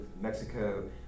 Mexico